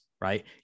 right